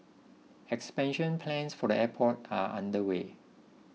expansion plans for the airport are underway